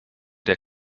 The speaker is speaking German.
der